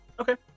Okay